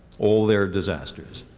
all their disasters.